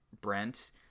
Brent